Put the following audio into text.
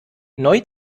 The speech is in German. neu